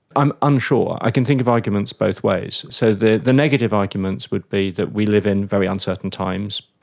i am unsure. i can think of arguments both ways. so the the negative arguments would be that we live in very uncertain times.